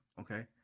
okay